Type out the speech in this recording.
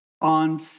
on